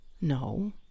No